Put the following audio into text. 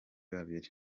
babiri